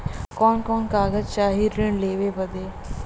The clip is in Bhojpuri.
कवन कवन कागज चाही ऋण लेवे बदे?